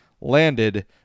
landed